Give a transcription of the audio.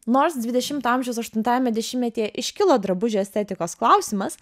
nors dvidešimto amžiaus aštuntajame dešimtmetyje iškilo drabužių estetikos klausimas